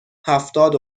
هفتاد